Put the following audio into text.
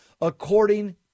according